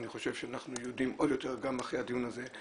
אני חושב שאנחנו יודעים עוד יותר גם אחרי הדיון הזה,